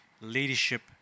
leadership